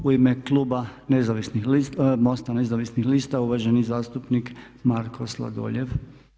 U ime kluba MOST-a Nezavisnih lista uvaženi zastupnik Marko Sladoljev.